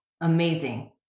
amazing